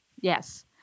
Yes